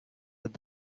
with